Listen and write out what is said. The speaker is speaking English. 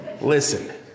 Listen